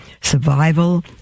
survival